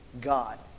God